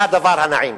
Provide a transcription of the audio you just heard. זה הדבר הנעים.